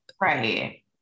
right